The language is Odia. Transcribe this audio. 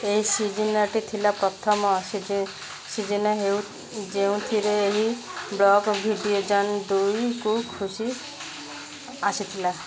ଏହି ସିଜିନ୍ଟି ଥିଲା ପ୍ରଥମ ସିଜିନ୍ ସିଜିନ୍ ହଉ ଯେଉଁଥିରେ ଏହି ବ୍ଲକ୍ ଭିଡ଼ିଏଜନ୍ ଦୁଇକୁ ଖୁସି ଆସିଥିଲା